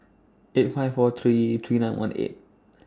eight five four three three nine one eight